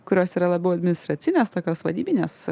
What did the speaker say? kurios yra labiau administracinės tokios vadybinės